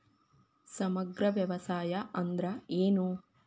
ಸಮಗ್ರ ವ್ಯವಸಾಯ ಅಂದ್ರ ಏನು?